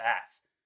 ass